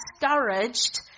discouraged